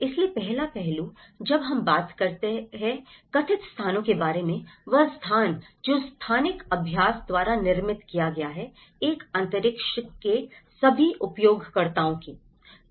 इसलिए पहला पहलू जब वह बात करता है कथित स्थान के बारे में वह स्थान जो स्थानिक अभ्यास द्वारा निर्मित किया गया है एक अंतरिक्ष के सभी उपयोगकर्ताओं के